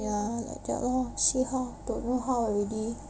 ya like that lor see how don't know how already